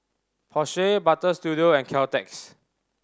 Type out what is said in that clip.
Porsche Butter Studio and Caltex